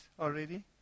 already